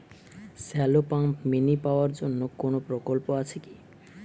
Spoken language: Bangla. শ্যালো পাম্প মিনি পাওয়ার জন্য কোনো প্রকল্প আছে কি?